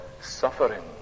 suffering